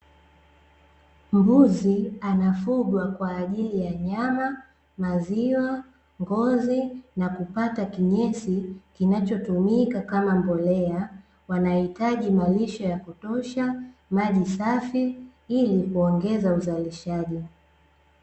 Mbuzi anafugwa kwa ajili ya nyama, maziwa, ngozi na kupata kinyesi kinacho tumika kama mbolea, wanahiji malisho ya kutosha maji safi ilikuongeza uzalishaji.